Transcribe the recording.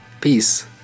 peace